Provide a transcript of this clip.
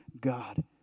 God